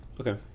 Okay